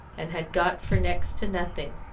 and had got for next to nothing.